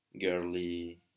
girly